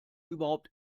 überhaupt